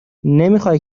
نمیخای